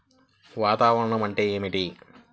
వాతావరణం అంటే ఏమిటి?